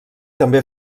també